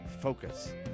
focus